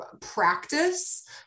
practice